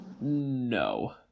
No